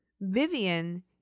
Vivian